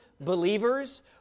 believers